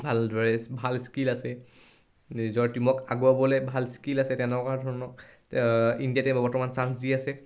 ভালদৰে ভাল স্কিল আছে নিজৰ টীমক আগুৱাবলৈ ভাল স্কিল আছে তেনেকুৱা ধৰণক ইণ্ডিয়াতে বৰ্তমান চাঞ্চ দি আছে